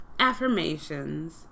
Affirmations